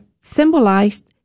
symbolized